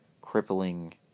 crippling